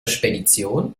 spedition